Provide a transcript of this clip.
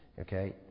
okay